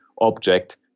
object